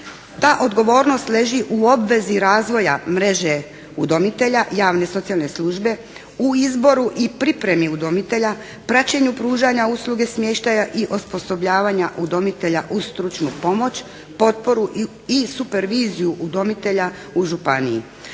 Ta odgovornost leži u obvezi razvoja mreže udomitelja, javne socijalne službe u izboru i pripremi udomitelja, praćenju pružanja usluge smještaja i osposobljavanja udomitelja uz stručnu pomoć, potporu i superviziju udomitelja u županiji.